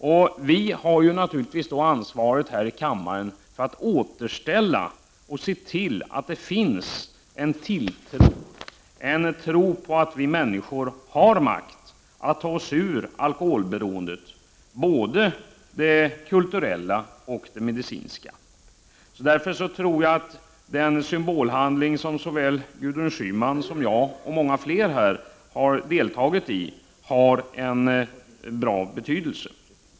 Och vi har naturligtvis här i kammaren ansvaret för att se till att det finns en tilltro, en tro på att vi människor har makt att ta oss ur alkoholberoendet — både det kulturella och det medicinska. Därför tror jag att den symbolhandling som såväl Gudrun Schyman som jag och många fler här har deltagit i har en verklig betydelse.